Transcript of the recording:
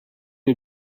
you